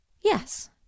Yes